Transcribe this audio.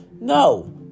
No